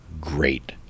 great